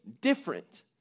different